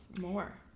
more